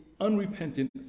unrepentant